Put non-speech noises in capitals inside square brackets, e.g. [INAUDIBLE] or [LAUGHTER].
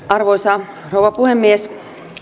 [UNINTELLIGIBLE] arvoisa rouva puhemies